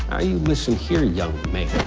you listen here, young man.